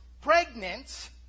Pregnant